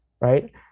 Right